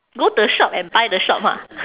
go the shop and buy the shop ha